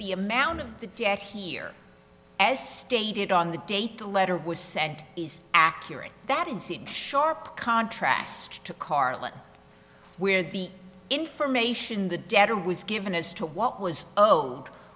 the amount of the debt here as stated on the date the letter was sent is accurate that is in sharp contrast to carlin where the information the debtor was given as to what was o